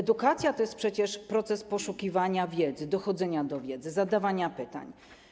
Edukacja to przecież proces poszukiwania wiedzy, dochodzenia do wiedzy, zadawania pytań.